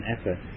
effort